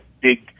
big